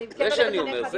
זה נכון.